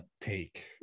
take